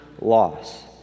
loss